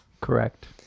correct